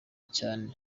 cyane